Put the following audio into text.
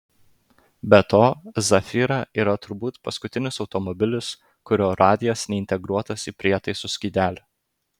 be to zafira yra turbūt paskutinis automobilis kurio radijas neintegruotas į prietaisų skydelį